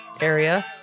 area